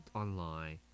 online